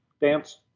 dance